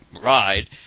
ride